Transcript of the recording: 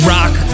Rock